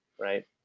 right